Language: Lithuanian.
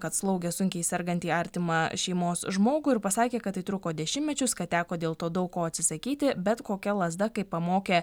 kad slaugė sunkiai sergantį artimą šeimos žmogų ir pasakė kad tai truko dešimtmečius kad teko dėl to daug ko atsisakyti bet kokia lazda kaip pamokė